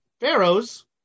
Pharaohs